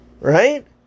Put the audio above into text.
Right